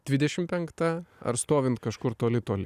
dvidešim penkta ar stovint kažkur toli toli